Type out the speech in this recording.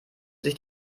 sich